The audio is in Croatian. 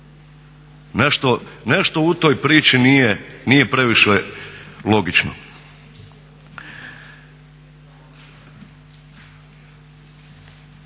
Nešto u toj priči nije previše logično.